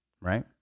right